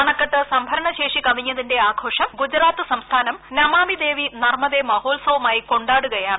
അണക്കെട്ട് സംഭരണശേഷി ക്വിഞ്ഞതിന്റെ ആഘോഷം ഗുജറാത്ത് സംസ്ഥാനം ന്മാ്മി ദേവി നർമ്മദേ മഹോത്സവമായി കൊണ്ടാടുകയാണ്